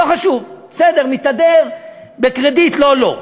לא חשוב, בסדר, מתהדר בקרדיט לא לו.